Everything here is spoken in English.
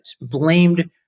blamed